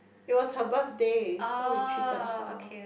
it was her birthday so we treated her